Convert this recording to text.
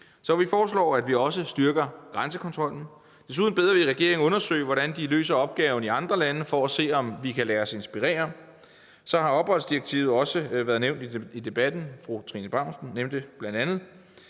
Så vi foreslår, at vi også styrker grænsekontrollen. Vi beder desuden regeringen om at undersøge, hvordan de løser opgaven i andre lande, for at se, om vi kan lade os inspirere. Så har opholdsdirektivet også været nævnt i debatten. Bl.a. nævnte fru Trine